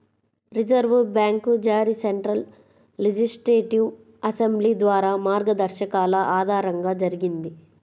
reserve bank జారీ central legislative assembly ద్వారా మార్గదర్శకాల ఆధారంగా జరిగింది